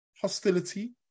hostility